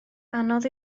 anodd